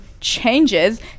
changes